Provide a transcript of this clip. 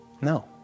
No